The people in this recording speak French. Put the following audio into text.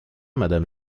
madame